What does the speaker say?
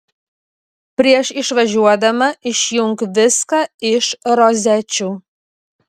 prieš išvažiuodama išjunk viską iš rozečių